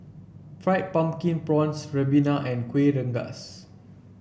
Fried Pumpkin Prawns Ribena and Kueh Rengas